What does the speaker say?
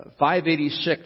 586